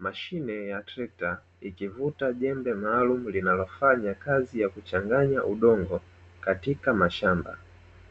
Mashine ya trekta ikivuta jembe maalumu linalofanya kazi ya kuchanganya udongo katika mashamba,